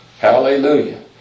Hallelujah